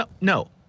No